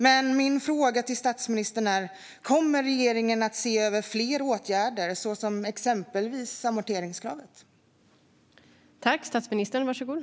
Men min fråga till statsministern är: Kommer regeringen att titta på fler åtgärder, exempelvis i fråga om amorteringskravet?